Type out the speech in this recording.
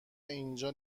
اینجا